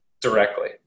directly